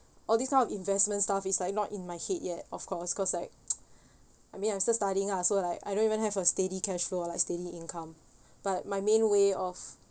all this kind of investment stuff is like not in my head yet of course cause like I mean I'm still studying lah so like I don't even have a steady cash flow like steady income but my main way of